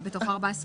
בתוך 14 הימים.